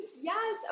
Yes